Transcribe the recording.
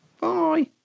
Bye